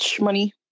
money